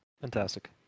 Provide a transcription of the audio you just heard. Fantastic